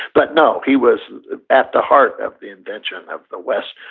but no, he was at the heart of the invention of the west,